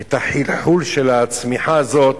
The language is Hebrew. את החלחול של הצמיחה הזאת